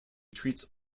treats